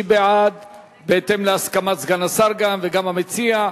בהתאם להסכמת סגן השר וגם המציע,